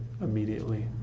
immediately